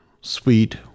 sweet